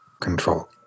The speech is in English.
control